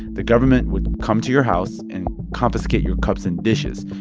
the government would come to your house and confiscate your cups and dishes,